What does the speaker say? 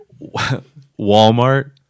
Walmart